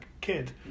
kid